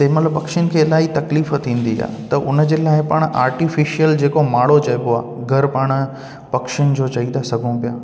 तंहिं महिल पखियुनि खे इलाही तकलीफ़ थींदी आहे त हुनजे लाइ पाणि आर्टिफ़िशल जेको माणो चइॿो आहे घरि पाणि पखियुनि जो चई था सघूं पिया